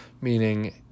meaning